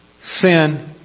sin